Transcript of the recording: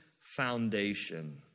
foundation